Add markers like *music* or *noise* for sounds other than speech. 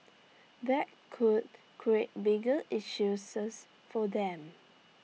that could *unintelligible* bigger issues for them